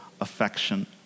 affection